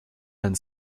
hand